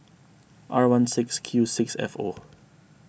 R one Q six F O